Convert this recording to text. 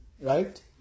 Right